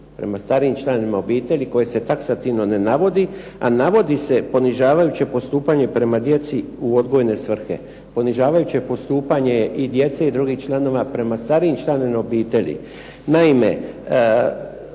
prema starijim članovima obitelji koje se taksativno ne navodi, a navodi se ponižavajuće postupanje prema djeca u odgojne svrhe, ponižavajuće postupanje i djece i drugim članova prema starijim članovima obitelji. Naime,